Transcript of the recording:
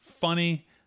Funny